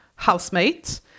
housemate